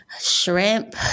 shrimp